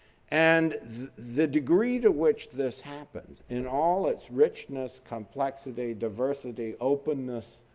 and the degree to which this happens in all its richness, complexity, diversity, openness